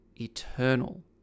eternal